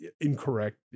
incorrect